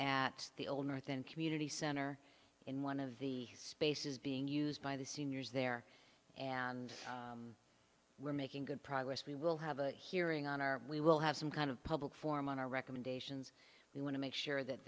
at the old north end community center in one of the spaces being used by the seniors there and we're making good progress we will have a hearing on or we will have some kind of public forum on our recommendations we want to make sure that